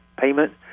payment